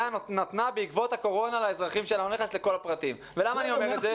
את לוקח את זה לא, אני לא מקבל את זה.